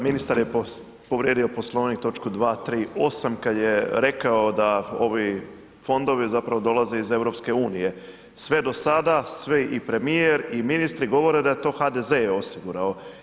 Ministar je povrijedio Poslovnik točku 2., 3., 8. kada je rekao da ovi fondovi zapravo dolaze iz EU, sve do sada, sve i premijer i ministri govore da je to HDZ je osigurao.